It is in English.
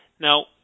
Now